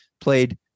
played